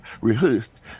rehearsed